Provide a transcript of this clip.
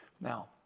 Now